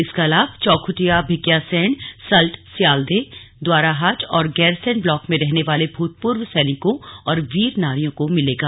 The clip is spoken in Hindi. इसका लाभ चौखुटिया भिकियासैंण सल्ट स्यालदे द्वाराहाट और गैरसैंण ब्लॉक में रहने वाले भूतपूर्व सैनिकों और वीर नारियों को मिलेगा